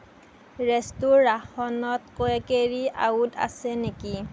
ৰেষ্টোৰাখনত ক carry out আছে নেকি